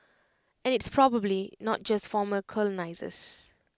and it's probably not just former colonisers